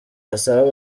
asaba